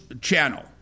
channel